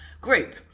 group